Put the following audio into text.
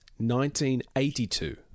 1982